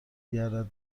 گردد